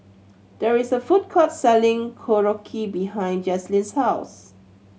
there is a food court selling Korokke behind Jazlynn's house